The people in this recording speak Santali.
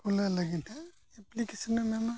ᱚᱱᱟ ᱞᱟᱹᱜᱤᱫ ᱮᱯᱞᱤᱠᱮᱥᱚᱱᱮᱢ ᱮᱢᱟ